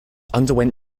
underwent